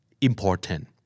important